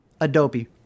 Adobe